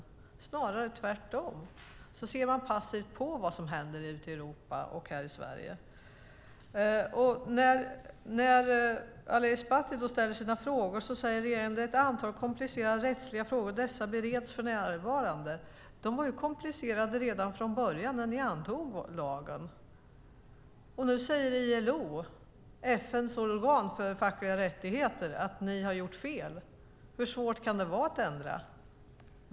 Det är snarare tvärtom. Man ser passivt på vad som händer ute i Europa och här i Sverige. När Ali Esbati ställer sina frågor säger regeringen: Det är ett antal komplicerade rättsliga frågor. Dessa bereds för närvarande. De var ju komplicerade redan från början, när ni antog lagen. Och nu säger ILO, FN:s organ för fackliga rättigheter, att ni har gjort fel. Hur svårt kan det vara att ändra?